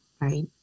Right